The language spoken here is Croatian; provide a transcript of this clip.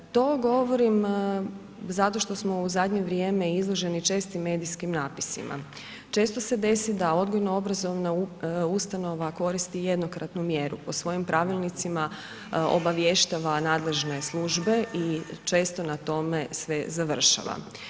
To govorim zato što smo u zadnje vrijeme izloženi čestim medijskim natpisima, često se desi da odgojno-obrazovna ustanova koristi jednokratnu mjeru po svojim pravilnicima obavještava nadležne službe i često na tome sve završava.